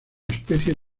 especies